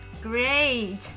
great